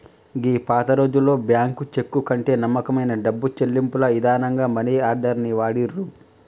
గీ పాతరోజుల్లో bank cheque కంటే నమ్మకమైన డబ్బు చెల్లింపుల ఇదానంగా మనీ ఆర్డర్ ని వాడిర్రు